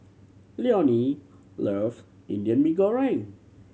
Leonie love Indian Mee Goreng